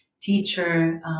teacher